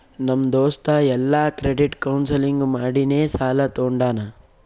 ನಮ್ ದೋಸ್ತ ಎಲ್ಲಾ ಕ್ರೆಡಿಟ್ ಕೌನ್ಸಲಿಂಗ್ ಮಾಡಿನೇ ಸಾಲಾ ತೊಂಡಾನ